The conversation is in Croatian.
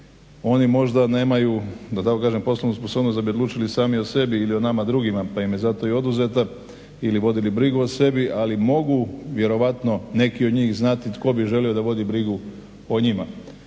tako kažem poslovnu sposobnost da bi odlučili sami o sebi ili o nama drugima pa im se zato i oduzeta ili vodi li brigu o sebi, ali mogu vjerojatno neki od njih znati tko bi želio da vodi brigu o njima.